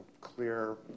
clear